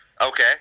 Okay